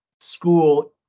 school